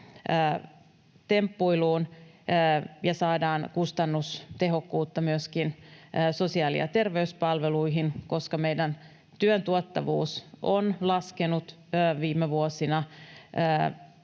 temppuiluun ja saadaan kustannustehokkuutta myöskin sosiaali- ja terveyspalveluihin, koska meidän työn tuottavuus on laskenut viime vuosina.